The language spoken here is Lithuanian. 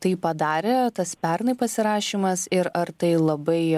tai padarė tas pernai pasirašymas ir ar tai labai